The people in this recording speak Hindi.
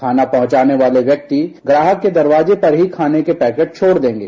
खाना पहुंचाने वाले व्यक्ति ग्राहक के दरवाजे पर खाने के पैकेट छोड़ देंगे